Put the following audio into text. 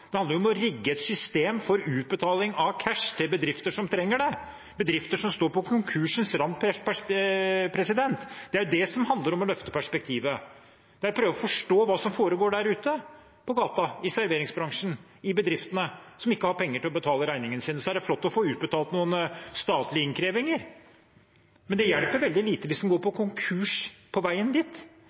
om å rigge et system for utbetaling av cash til bedrifter som trenger det, bedrifter som står på konkursens rand. Det er jo det som handler om å løfte perspektivet, når en prøver å forstå hva som foregår der ute, på gata, i serveringsbransjen, i bedriftene som ikke har penger til å betale regningene sine. Så er det flott å få utbetalt noen statlige innkrevinger, men det hjelper veldig lite hvis en går konkurs på veien dit.